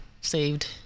Saved